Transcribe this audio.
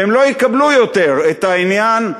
והם לא יקבלו יותר את העניין: